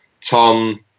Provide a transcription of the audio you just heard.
Tom